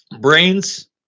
brains